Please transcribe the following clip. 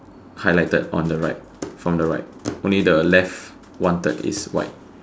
highlighted on the right from the right only the left one third is white